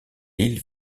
l’île